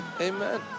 Amen